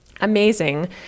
amazing